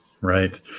Right